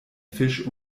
fisch